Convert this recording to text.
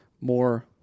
more